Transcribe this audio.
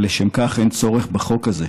אבל לשם כך אין צורך בחוק הזה.